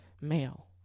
male